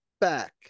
back